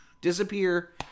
disappear